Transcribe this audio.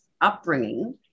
upbringing